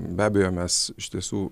be abejo mes iš tiesų